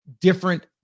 different